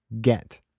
get